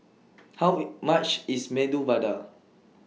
How IT much IS Medu Vada